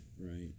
Right